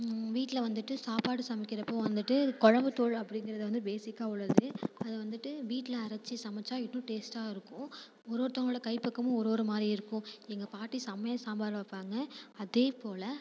வீட்டில் வந்துட்டு சாப்பாடு சமைக்கிறப்போ வந்துட்டு இது கொழம்புத்தூள் அப்படிங்கிறது வந்து பேஸிக்காக உள்ளது அதை வந்துட்டு வீட்டில் அரைச்சி சமைத்தா இன்னும் டேஸ்டாக இருக்கும் ஒருவொருத்தங்களோட கை பக்குவமும் ஒருஒரு மாதிரி இருக்கும் எங்கள் பாட்டி செம்மையாக சாம்பார் வைப்பாங்க அதேப்போல